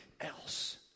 else